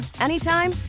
anytime